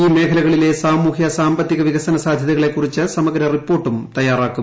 ഇൌ മേഖലകളിലെ സാമൂഹ്യ സാമ്പത്തിക വികസന സാധ്യതകളെ കുറിച്ച് സമഗ്ര റിപ്പോർട്ടും തയാറാക്കും